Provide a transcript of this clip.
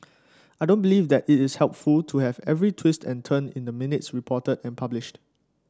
I don't believe that it is helpful to have every twist and turn in the minutes reported and published